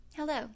Hello